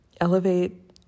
Elevate